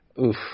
oof